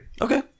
Okay